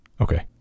Okay